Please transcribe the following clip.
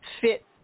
fit